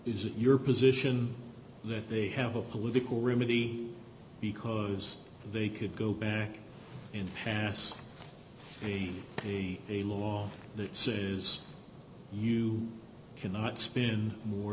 it your position that they have a political remedy because they could go back and pass a a a law that says you cannot spin more